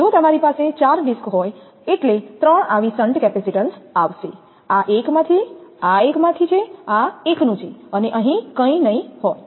જો તમારી પાસે ચાર ડિસ્ક હોય એટલે ત્રણ આવી શન્ટ કેપેસિટેન્સ આવશે આ એકમાંથી આ એકમાંથી છે આ એકનું છે અને અહીં કંઈ નહીં હોય